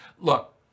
Look